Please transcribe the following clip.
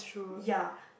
ya